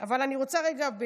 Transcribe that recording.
אבל אני רוצה רגע,